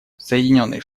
соединенные